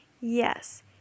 Yes